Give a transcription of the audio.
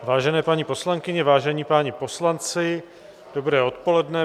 Vážené paní poslankyně, vážení páni poslanci, dobré odpoledne.